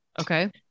Okay